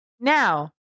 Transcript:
now